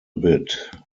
bit